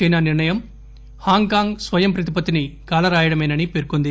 China నిర్ణయం Hong Kong స్పయం ప్రతిపత్తిని కాలరాయడమేనని పేర్కొంది